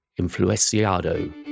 Influenciado